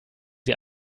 sie